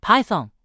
,Python